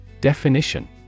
Definition